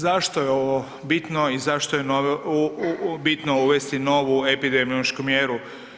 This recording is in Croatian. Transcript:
Zašto je ovo bitno i zašto je bitno uvesti novu epidemiološku mjeru?